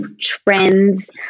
trends